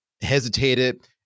hesitated